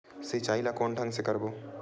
सिंचाई ल कोन ढंग से करबो?